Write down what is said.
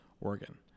Oregon